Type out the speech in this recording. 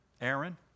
Aaron